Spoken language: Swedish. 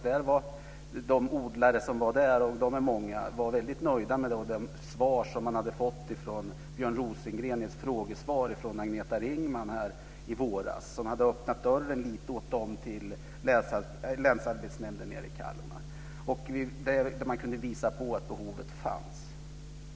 De odlare som finns där, och de är många, var väldigt nöjda med de svar som de hade fått från Björn Rosengren i ett frågesvar på en fråga från Agneta Ringman i våras. Detta hade öppnat dörren lite till Länsarbetsnämnden i Kalmar. Man kunde visa på att behovet fanns.